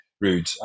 Rude